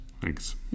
Thanks